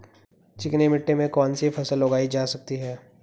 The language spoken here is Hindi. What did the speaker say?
चिकनी मिट्टी में कौन सी फसल उगाई जा सकती है?